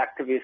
activists